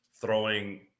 throwing